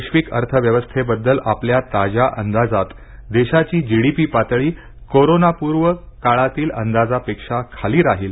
वैश्विक अर्थव्यवस्थेबद्दल आपल्या ताज्या अंदाजात देशाची जीडीपी पातळी कोरोंना पूर्व काळातील अंदाजापेक्षा खाली राहील